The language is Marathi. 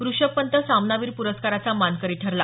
ऋषभ पंत सामनावीर प्रस्काराचा मानकरी ठरला